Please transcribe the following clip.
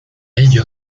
ello